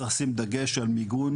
צריך לשים דגש על מיגון